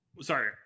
sorry